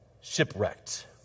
shipwrecked